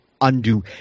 undo